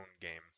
game